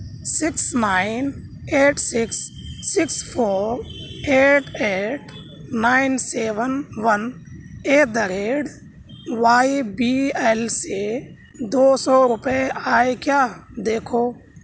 six nine eight six six four eight eight nine seven one at the rate Y B L سے دو سو روپئے آئے کیا دیکھو